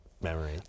memory